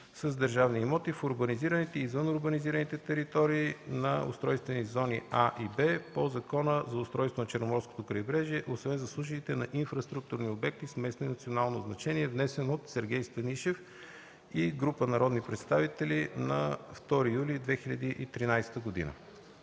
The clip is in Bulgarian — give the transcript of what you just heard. с държавни имоти в урбанизираните и извън урбанизираните територии на устройствени зони „А” и „Б” по Закона за устройството на Черноморското крайбрежие, освен за случаи на инфраструктурни обекти с местно и национално значение, внесен от Сергей Станишев и група народни представители на 2 юли 2013 г.